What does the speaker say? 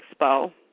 Expo